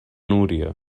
núria